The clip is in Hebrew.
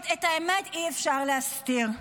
את האמת אי-אפשר להסתיר.